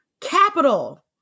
capital